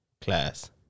Class